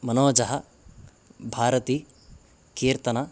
मनोजः भारती कीर्तनः